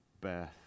birth